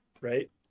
right